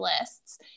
lists